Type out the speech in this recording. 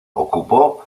ocupó